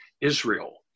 Israel